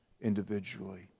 individually